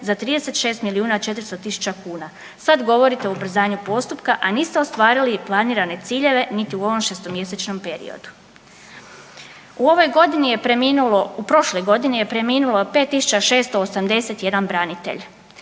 za 36 milijuna 400 000 kuna. Sad govorite o ubrzanju postupka, a niste ostvarili i planirane ciljeve niti u ovom šestomjesečnom periodu. U ovoj godini je preminulo, u prošloj